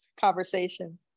conversation